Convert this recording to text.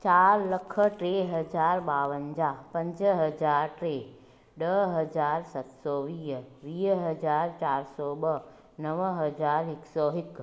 चार लख टे हज़ार ॿावंजाह पंज हज़ार टे ॾह हज़ार सत सौ वीह वीह हज़ार चार सौ ॿ नव हज़ार हिकु सौ हिकु